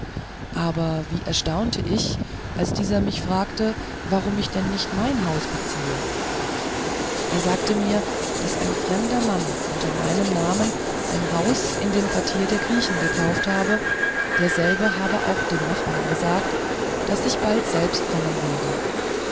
aber wie erstaunte ich als dieser mich fragte warum ich denn nicht mein haus beziehe er sagte mir daß ein fremder mann unter meinem namen ein haus in dem quartier der griechen gekauft habe derselbe habe auch den nachbarn gesagt daß ich bald selbst kommen werde